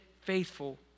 faithful